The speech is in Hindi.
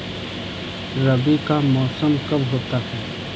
रबी का मौसम कब होता हैं?